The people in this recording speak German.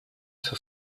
für